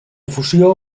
fusió